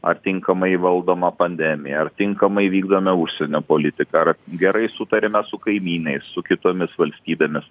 ar tinkamai valdoma pandemija ar tinkamai vykdome užsienio politika ar gerai sutariame su kaimynais su kitomis valstybėmis